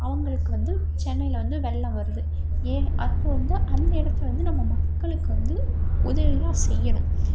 அவர்களுக்கு வந்து சென்னையில் வந்து வெள்ளம் வருது ஏன் அப்போ வந்து அந்த இடத்துல வந்து நம்ம மக்களுக்கு வந்து உதவிகளெலாம் செய்யணும்